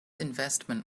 investment